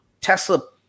tesla